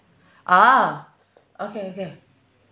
ah okay okay